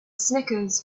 snickers